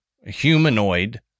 humanoid